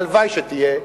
הלוואי שתהיה.